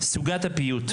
סוגת הפיוט,